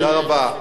תודה רבה.